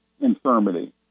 infirmity